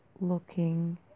looking